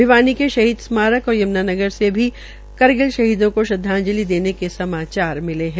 भिवानी के शहीद स्मारक और यमुनानगर में भी करगिल शहीदों को श्रद्वाजंलि देने के समाचार मिले है